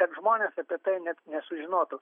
kad žmonės apie tai net nesužinotų